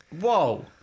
Whoa